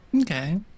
Okay